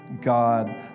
God